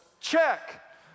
check